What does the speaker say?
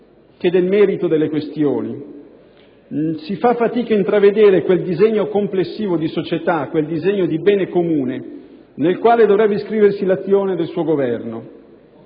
che del merito delle questioni. Si fa fatica a intravedere quel disegno complessivo di società, quel disegno di bene comune nel quale dovrebbe iscriversi l'azione del suo Governo.